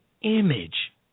image